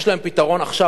יש להם פתרון עכשיו,